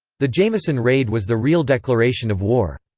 the jameson raid was the real declaration of war.